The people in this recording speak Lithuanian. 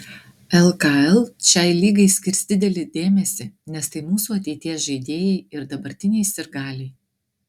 lkl šiai lygai skirs didelį dėmesį nes tai mūsų ateities žaidėjai ir dabartiniai sirgaliai